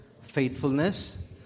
Faithfulness